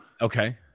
okay